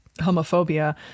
homophobia